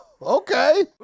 Okay